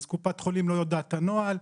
קופת-חולים לא יודעת את הנוהל,